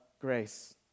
grace